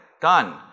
Done